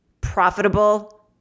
profitable